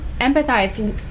empathize